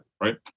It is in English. right